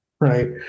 right